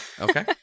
Okay